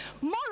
more